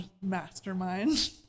mastermind